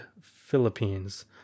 Philippines